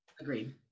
Agreed